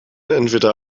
entweder